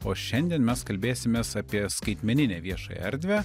o šiandien mes kalbėsimės apie skaitmeninę viešąją erdvę